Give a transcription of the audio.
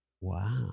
Wow